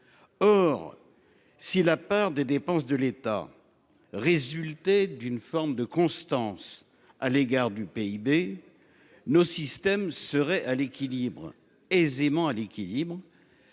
Or. Si la part des dépenses de l'État. Résulter d'une forme de constance à l'égard du PIB. Nos systèmes serait à l'équilibre aisément à l'équilibre.